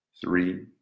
three